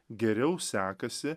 geriau sekasi